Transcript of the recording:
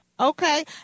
Okay